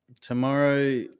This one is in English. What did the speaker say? Tomorrow